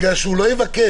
בגלל שהוא לא יבקש,